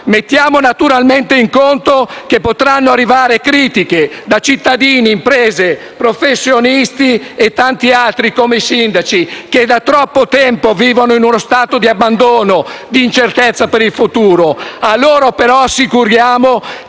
Mettiamo naturalmente in conto che potranno arrivare critiche da cittadini, imprese, professionisti e tanti altri come i sindaci, che da troppo tempo vivono in uno stato di abbandono, di incertezza per il futuro. A loro, però, assicuriamo che